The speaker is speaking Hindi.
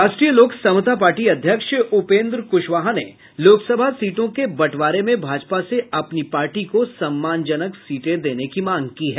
राष्ट्रीय लोक समता पार्टी अध्यक्ष उपेन्द्र कुशवाहा ने लोकसभा सीटों के बंटवारे में भाजपा से अपनी पार्टी को सम्मानजनक सीटें देने की मांग की है